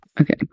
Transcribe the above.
okay